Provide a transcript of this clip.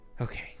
Okay